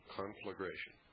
conflagration